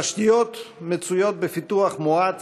התשתיות מצויות בפיתוח מואץ,